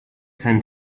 tend